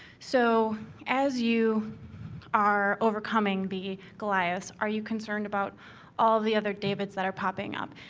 so as you are overcoming the goliaths, are you concerned about all the other davids that are popping up?